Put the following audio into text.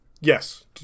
Yes